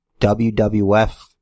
WWF